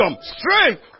strength